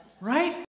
Right